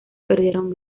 perdieron